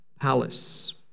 palace